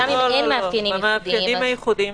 גם אם אין מאפיינים ייחודיים.